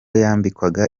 yambikwaga